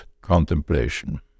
contemplation